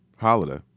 Holiday